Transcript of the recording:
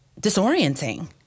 disorienting